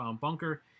bunker